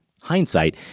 hindsight